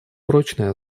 прочной